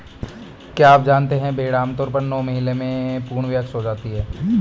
क्या आप जानते है भेड़ आमतौर पर नौ महीने में पूर्ण वयस्क हो जाती है?